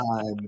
time